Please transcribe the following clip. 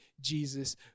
jesus